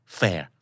fair